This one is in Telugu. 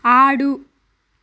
ఆడు